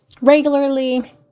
regularly